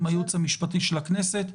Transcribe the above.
עם הייעוץ המשפטי של הכנסת,